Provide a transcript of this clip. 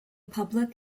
public